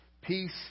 Peace